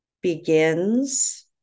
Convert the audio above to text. begins